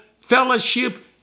fellowship